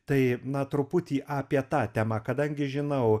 tai na truputį apie tą temą kadangi žinau